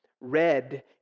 red